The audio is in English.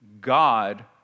God